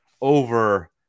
over